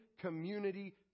community